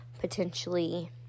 potentially